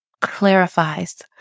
clarifies